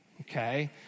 Okay